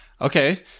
Okay